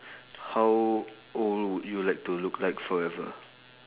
how old would you like to look like forever